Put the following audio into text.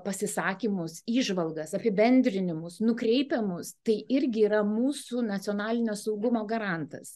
pasisakymus įžvalgas apibendrinimus nukreipiamus tai irgi yra mūsų nacionalinio saugumo garantas